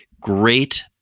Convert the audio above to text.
great